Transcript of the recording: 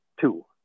two